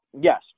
Yes